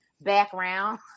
background